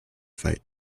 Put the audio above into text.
fight